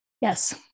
yes